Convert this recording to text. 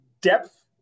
depth